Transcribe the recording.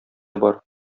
бар